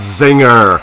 zinger